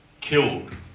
killed